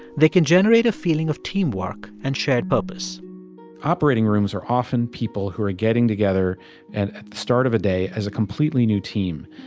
they can generate a feeling of teamwork and shared purpose operating rooms are often people who are getting together and at the start of a day as a completely new team.